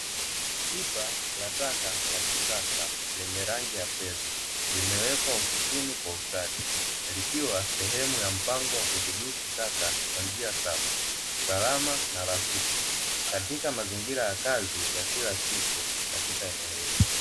Pipa la taka la kisasa lenye rangi ya fedha limewekwa ofisini kwa ustadi likiwa sehemu ya mpango wa kudhibiti taka kwa njia safi, salama na rafiki katika mazingira ya kazi ya kila siku katika eneo hilo.